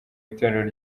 itorero